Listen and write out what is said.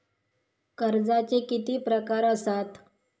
कर्जाचे किती प्रकार असात?